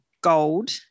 gold